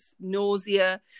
nausea